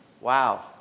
Wow